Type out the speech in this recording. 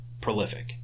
prolific